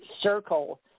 circle